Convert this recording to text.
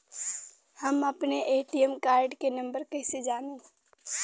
हम अपने ATM card के नंबर कइसे जानी?